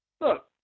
Look